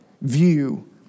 view